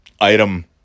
item